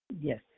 Yes